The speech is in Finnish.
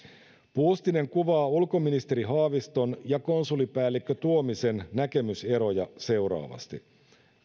puustinen kuvaa ulkoministeri haaviston ja konsulipäällikkö tuomisen näkemyseroja seuraavasti